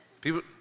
people